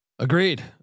Agreed